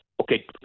okay